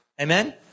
Amen